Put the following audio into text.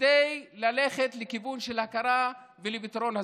כדי ללכת לכיוון של ההכרה ולפתרון הסוגיה.